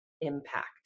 impact